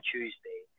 Tuesday